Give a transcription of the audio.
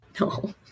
No